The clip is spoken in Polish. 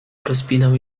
rozpinał